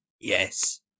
yes